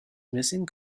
missing